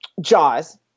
Jaws